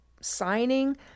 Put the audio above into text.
signing